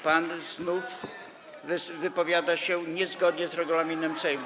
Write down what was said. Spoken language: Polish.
Pan znów wypowiada się niezgodnie z regulaminem Sejmu.